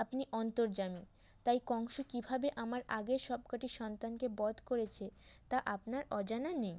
আপনি অন্তর্যামী তাই কংস কীভাবে আমার আগের সব কটি সন্তানকে বধ করেছে তা আপনার অজানা নেই